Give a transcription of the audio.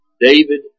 David